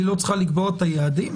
היא לא צריכה לקבוע את היעדים?